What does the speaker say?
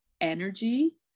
energy